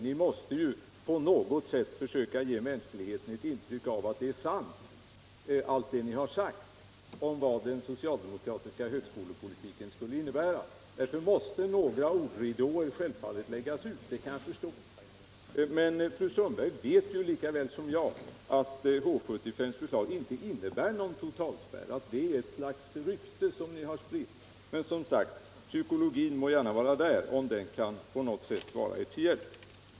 Ni måste ju på något sätt försöka ge människor ett intryck av att allt vad ni har sagt att den socialdemokratiska högskolepolitiken skulle innebära är sant. Därför måste självfallet några ordridåer läggas ut; det kan jag förstå. Men fru Sundberg vet lika väl som jag att H 75:s förslag inte innebär någon totalspärr utan att detta är ett rykte som ni har spritt ut. Men, som sagt, psykologin må gärna användas, om den på något sätt kan vara er till hjälp.